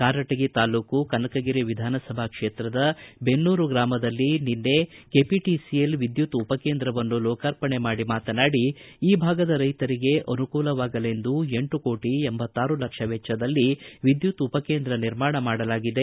ಕಾರಟಗಿ ತಾಲ್ಲೂಕು ಕನಕಗಿರಿ ವಿಧಾನಸಭಾ ಕ್ಷೇತ್ರದ ಬೆನ್ನೂರು ಗ್ರಾಮದಲ್ಲಿ ನಿನ್ನೆ ಕೆಪಿಟಿಸಿಎಲ್ ವಿದ್ಯುತ್ ಉಪಕೇಂದ್ರವನ್ನು ಲೋಕಾರ್ಪಣೆ ಮಾಡಿ ಮಾತನಾಡಿ ಈ ಭಾಗದ ರೈತರಿಗೆ ಅನುಕೂಲವಾಗಲೆಂದು ಎಂಟು ಕೋಟಿ ಹು ಲಕ್ಷ ವೆಚ್ಡದಲ್ಲಿ ವಿದ್ಯುತ್ ಉಪ ಕೇಂದ್ರ ನಿರ್ಮಾಣ ಮಾಡಲಾಗಿದೆ